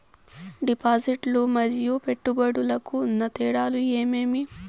డిపాజిట్లు లు మరియు పెట్టుబడులకు ఉన్న తేడాలు ఏమేమీ?